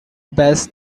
best